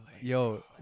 yo